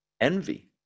envy